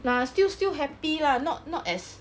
lah still still happy lah not not as